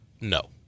No